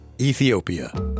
Ethiopia